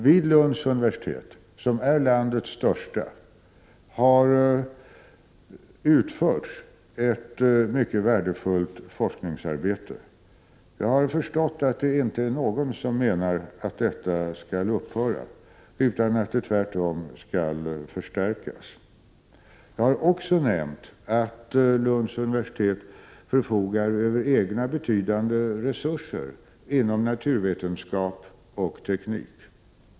Vid Lunds universitet, som är landets största, har utförts ett mycket värdefullt forskningsarbete. Jag förstår att det inte är någon som menar att 51 detta skall upphöra, utan tvärtom att det skall förstärkas. Jag har också nämnt att Lunds universitet förfogar över egna betydande resurser inom naturvetenskap och teknik.